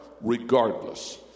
regardless